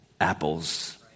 apples